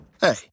Hey